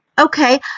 Okay